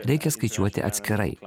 reikia skaičiuoti atskirai